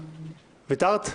ויתרת?